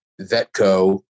Vetco